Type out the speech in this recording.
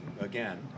Again